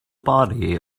body